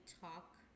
talk